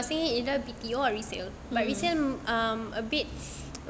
cause he was saying either B_T_O or resale but resale um a bit